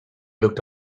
looked